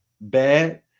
bad